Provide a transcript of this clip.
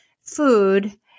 food